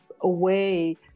away